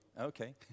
Okay